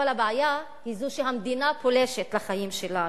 אבל הבעיה היא שהמדינה פולשת לחיים שלנו,